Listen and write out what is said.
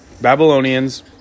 Babylonians